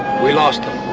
we lost them.